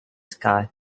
sky